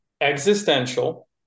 Existential